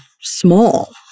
small